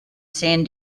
san